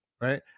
right